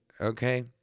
okay